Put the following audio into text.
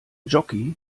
jockey